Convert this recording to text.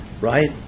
right